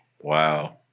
Wow